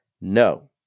No